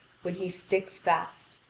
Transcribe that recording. when he sticks fast.